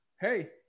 hey